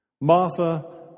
Martha